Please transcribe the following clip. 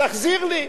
תחזיר לי.